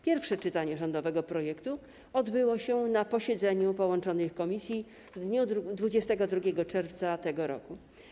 Pierwsze czytanie rządowego projektu odbyło się na posiedzeniu połączonych komisji w dniu 22 czerwca tego roku.